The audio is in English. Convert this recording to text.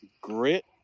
grit